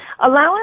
Allowance